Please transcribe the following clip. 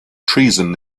treason